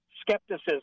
skepticism